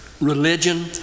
religion